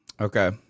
Okay